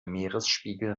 meeresspiegel